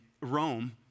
Rome